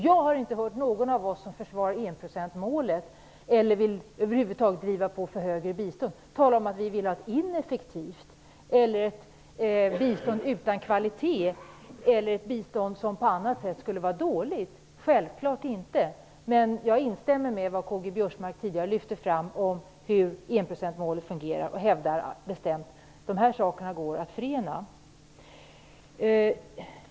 Jag har inte hört någon av oss som försvarar enprocentsmålet eller som över huvud taget vill driva på för större bistånd, tala om att man vill ha ett ineffektivt bistånd eller ett bistånd utan kvalitet eller dåligt på annat sätt - självfallet inte. Jag instämmer i vad Karl-Göran Biörsmark tidigare lyfte fram om hur enprocentsmålet fungerar och hävdar bestämt att de här sakerna går att förena.